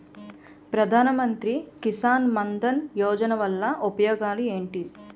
ప్రధాన మంత్రి కిసాన్ మన్ ధన్ యోజన వల్ల ఉపయోగాలు ఏంటి?